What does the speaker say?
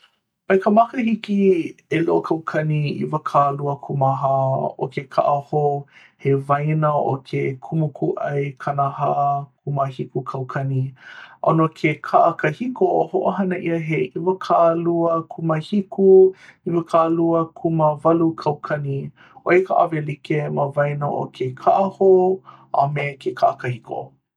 mai ka makahiki ʻelua kaukani ʻiwakālua kūmāhā ʻo ke kaʻa hou he waena ʻo ke kumukūʻai kanahā kūmāhiku kaukani a no ke kaʻa kahiko hoʻohana ʻia he ʻiwakālua kūmāhiku ʻiwakālua kūmāwalu kaukani ʻoia ka ʻawelike ma waena o ke kaʻa hou a me ke kaʻa kahiko